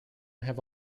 have